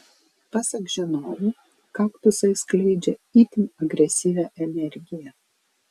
pasak žinovų kaktusai skleidžia itin agresyvią energiją